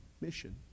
mission